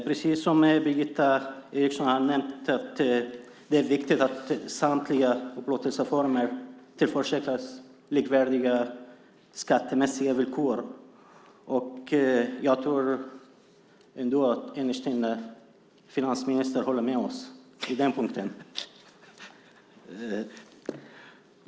Precis som Birgitta Eriksson nämnde är det viktigt att samtliga upplåtelseformer tillförsäkras likvärdiga skattemässiga villkor. Jag tror att finansministern innerst inne håller med oss på den punkten.